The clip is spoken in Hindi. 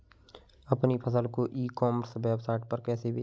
अपनी फसल को ई कॉमर्स वेबसाइट पर कैसे बेचें?